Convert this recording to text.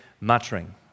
muttering